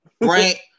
Right